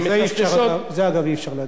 את זה, אגב, אי-אפשר להגיד.